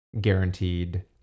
guaranteed